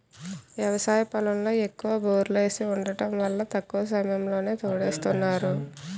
వ్యవసాయ పొలంలో ఎక్కువ బోర్లేసి వుండటం వల్ల తక్కువ సమయంలోనే తోడేస్తున్నారు